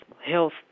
health